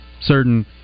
certain